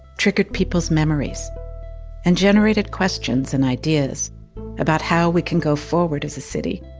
triggered people's memories and generated questions and ideas about how we can go forward as a city,